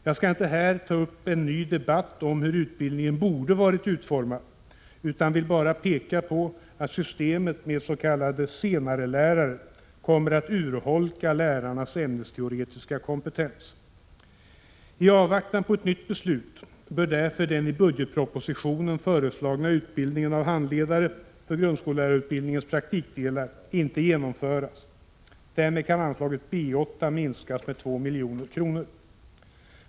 Jag skall inte här ta upp en ny debatt om hur utbildningen borde varit utformad utan vill bara peka på att systemet med s.k. senarelärare kommer att urholka lärarnas ämnesteoretiska kompetens. I avvaktan på ett nytt beslut bör därför den i budgetpropositionen föreslagna utbildningen av handledare för grundskollärarutbildningens praktikdelar inte genomföras. Därmed kan anslaget B 8 minskas med 2 milj.kr.